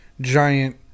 giant